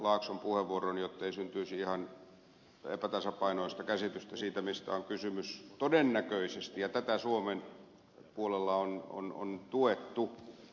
laakson puheenvuoroon jottei syntyisi ihan epätasapainoista käsitystä siitä mistä on kysymys todennäköisesti ja mitä suomen puolella on tuettu